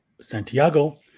Santiago